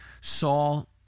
Saul